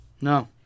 No